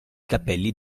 capelli